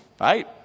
Right